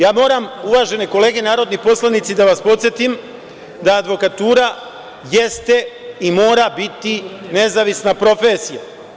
Ja moram uvažene kolege, narodni poslanici da vas podsetim da advokatura jeste i mora biti nezavisna profesija.